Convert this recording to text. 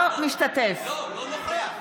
לא, לא נוכח.